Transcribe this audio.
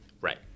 right